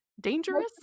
dangerous